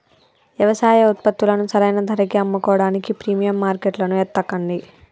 యవసాయ ఉత్పత్తులను సరైన ధరకి అమ్ముకోడానికి ప్రీమియం మార్కెట్లను ఎతకండి